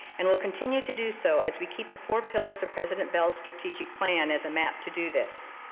and will continue to do so as we keep the four pillars of president bell's strategic plan as a map to do this.